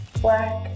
black